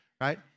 right